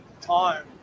time